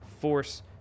force